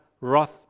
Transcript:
wrath